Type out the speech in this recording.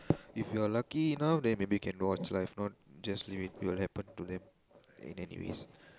if you're lucky enough then maybe can you watch lah not just leave it it will happen to them in anyways